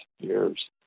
years